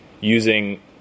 using